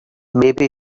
maybe